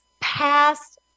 past